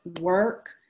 work